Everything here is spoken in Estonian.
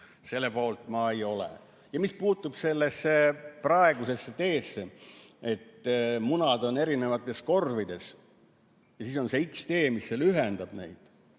selle poolt ma ei ole. Mis puutub sellesse praegusesse teesse, et munad on erinevates korvides ja siis on see X‑tee, mis neid ühendab, et